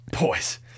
Boys